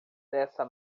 dessa